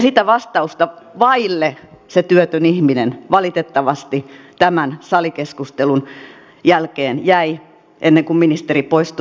sitä vastausta vaille se työtön ihminen valitettavasti tämän salikeskustelun jälkeen jäi ennen kuin ministeri poistui